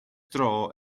dro